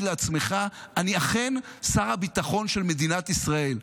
לעצמך: אני אכן שר הביטחון של מדינת ישראל.